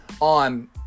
on